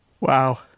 Wow